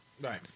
right